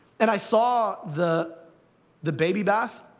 and i saw the the baby bath,